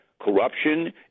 corruption